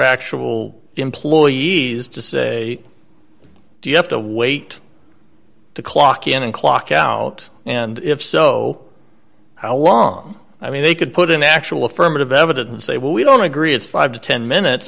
actual employees to say do you have to wait to clock in and clock out and if so how long i mean they could put in actual affirmative evidence say well we don't agree it's five to ten minutes